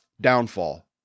downfall